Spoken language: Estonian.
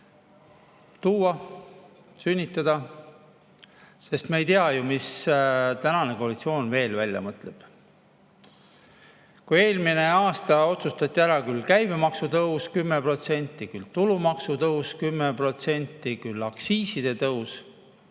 laps, sünnitada, sest me ju ei tea, mis tänane koalitsioon veel välja mõtleb. Kui eelmisel aastal otsustati ära küll käibemaksu tõus 10%, küll tulumaksu tõus 10%, küll aktsiiside tõus,